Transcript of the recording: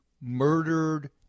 murdered